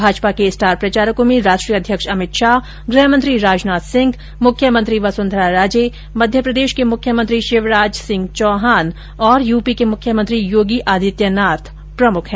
भाजपा के स्टॉर प्रचारकों में राष्ट्रीय अध्यक्ष अमित शाह गृहमंत्री राजनाथ सिंह मुख्यमंत्री वसुंधरा राजे मध्यप्रदेश के मुख्यमंत्री शिवराज सिंह चौहान यूपी के मुख्यमंत्री योगी आदित्यनाथ प्रमुख है